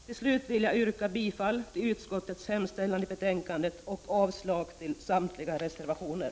Till slut vill jag yrka bifall till utskottets hemställan i betänkandet och avslag på samtliga reservationer.